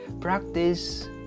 practice